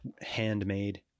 handmade